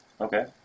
Okay